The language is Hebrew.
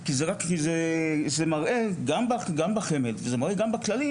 כי זה רק מראה גם בחמ"ד וגם בכללי,